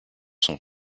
son